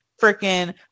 freaking